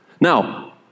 Now